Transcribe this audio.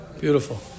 Beautiful